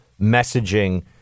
messaging